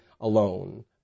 alone